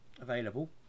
available